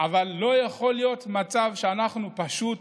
אבל לא יכול להיות מצב שאנחנו פשוט